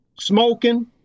smoking